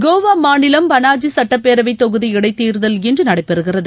கோவா மாநிலம் பனாஜி சட்டப்பேரவை தொகுதி இடைத்தோதல் இன்று நடைபெறுகிறது